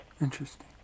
Interesting